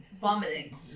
vomiting